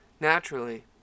Naturally